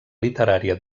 literària